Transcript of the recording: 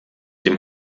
dem